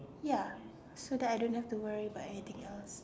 ya so that I don't have to worry about anything else